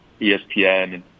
ESPN